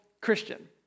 Christian